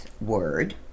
word